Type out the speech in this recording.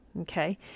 Okay